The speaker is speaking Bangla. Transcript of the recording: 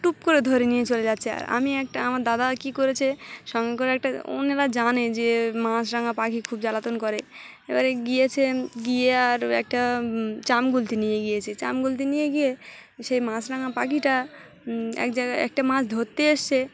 টুপ করে ধরে নিয়ে চলে যাচ্ছে আর আমি একটা আমার দাদা কী করেছে সঙ্গে করে একটা অন্যেরা জানে যে মাছরাঙা পাখি খুব জ্বালাতন করে এবারে গিয়েছে গিয়ে আর একটা চাম গুলতি নিয়ে গিয়েছে চাম গুলতি নিয়ে গিয়ে সেই মাছরাঙা পাখিটা এক জায়গায় একটা মাছ ধরতে এসেছে